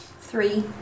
Three